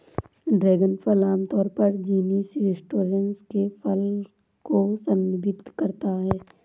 dragon फल आमतौर पर जीनस स्टेनोसेरेस के फल को संदर्भित करता है